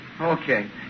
Okay